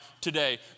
today